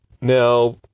Now